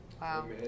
Wow